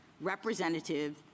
Representative